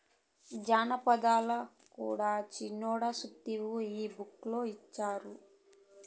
జనపనారల కూడా సిన్నోడా సూస్తివా ఈ బుక్ ల ఇచ్చిండారు